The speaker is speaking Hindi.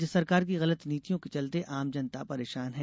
राज्य सरकार की गलत नीतियों के चलते आम जनता परेशान है